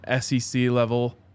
SEC-level